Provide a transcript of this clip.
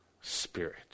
spirit